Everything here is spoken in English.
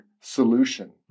solution